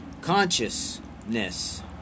Consciousness